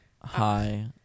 Hi